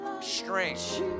strength